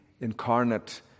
incarnate